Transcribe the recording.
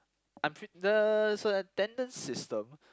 I'm pret~ there's a tendon system